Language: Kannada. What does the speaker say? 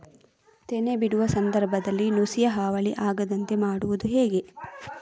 ತೆನೆ ಬಿಡುವ ಸಂದರ್ಭದಲ್ಲಿ ನುಸಿಯ ಹಾವಳಿ ಆಗದಂತೆ ಮಾಡುವುದು ಹೇಗೆ?